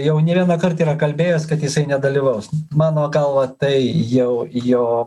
jau ne vieną kart yra kalbėjęs kad jisai nedalyvaus mano galva tai jau jo